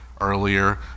earlier